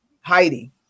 Heidi